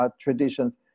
traditions